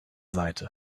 seite